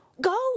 go